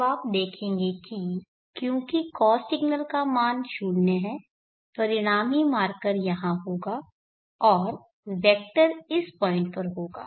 तब आप देखेंगे कि क्योंकि कॉस सिग्नल का मान 0 है परिणामी मार्कर यहाँ होगा और वेक्टर इस पॉइंट पर होगा